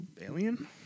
alien